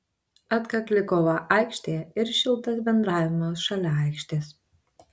atkakli kova aikštėje ir šiltas bendravimas šalia aikštės